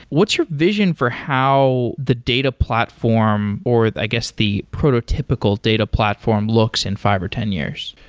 what's your vision for how the data platform or i guess the prototypical data platform looks in five or ten years?